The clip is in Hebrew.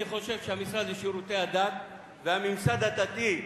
אני חושב שהמשרד לשירותי הדת והממסד הדתי,